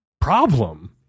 problem